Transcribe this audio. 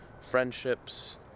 friendships